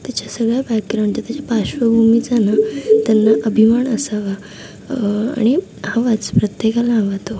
त्याच्या सगळ्या बॅकग्राऊंड त्याच्या पार्श्वभूमीचा ना त्यांना अभिमान असावा आणि हवाच प्रत्येकाला हवा तो